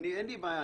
אין לי בעיה,